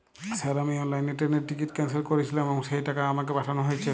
Sir আমি অনলাইনে ট্রেনের টিকিট ক্যানসেল করেছিলাম এবং সেই টাকা আমাকে পাঠানো হয়েছে?